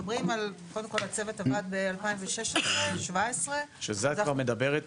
הצוות עבד ב-2016-2017 --- שזה את כבר מדברת